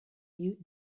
mute